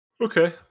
Okay